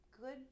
good